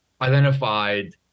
identified